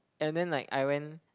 and then like I went